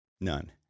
None